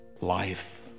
life